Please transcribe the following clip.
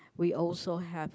we also have